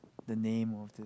the name of the